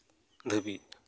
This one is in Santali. ᱫᱷᱟᱹᱵᱤᱡ